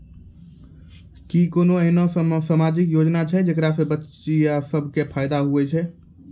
कि कोनो एहनो समाजिक योजना छै जेकरा से बचिया सभ के फायदा होय छै?